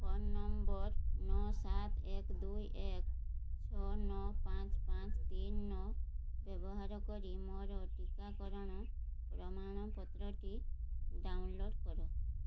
phone number ନଅ ସାତ ଏକ ଦୁଇ ଏକ ଛଅ ନଅ ପାଞ୍ଚ ପାଞ୍ଚ ତିନ ନଅ ବ୍ୟବହାର କରି ମୋର ଟିକାକରଣର ପ୍ରମାଣପତ୍ରଟି ଡାଉନଲୋଡ଼୍ କର